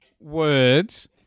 words